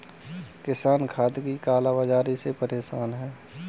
किसान खाद की काला बाज़ारी से परेशान है